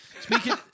Speaking